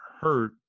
hurt